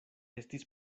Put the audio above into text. estis